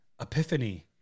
Epiphany